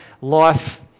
life